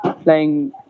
playing